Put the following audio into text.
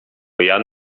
jan